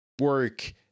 work